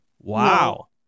Wow